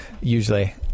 usually